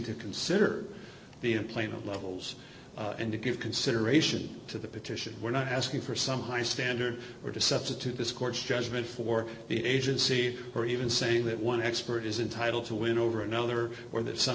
to consider the implant levels and to give consideration to the petition we're not asking for some high standard or to substitute this court's judgment for the agency or even saying that one expert is entitle to win over another or th